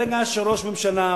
ברגע שראש ממשלה,